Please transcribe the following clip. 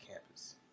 campus